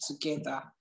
together